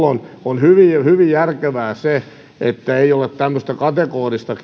on hyvin järkevää että ei ole tämmöistä kategorista